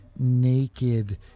naked